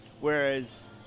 Whereas